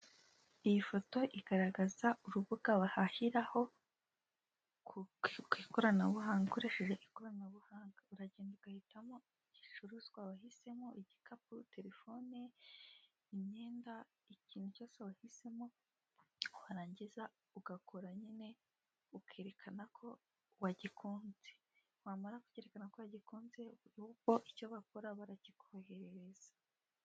Iyi foto igaragaza urubuga bahahiraho ku ikoranabuhanga ukoresheje ikoranabuhanga uragenda ugahitamo igicuruzwa wahisemo igikapu, terefone, imyenda ikintu cyose wahisemo warangiza ukerekana ko wagikunze wamara kwerekana ko wagikunze bo ubwo icyo bakora barakikoherereza.